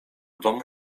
domu